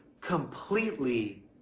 completely